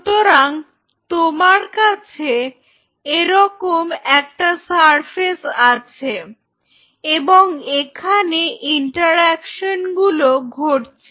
সুতরাং তোমার কাছে এরকম একটা সারফেস আছে এবং এখানে ইন্টারেকশন গুলো ঘটছে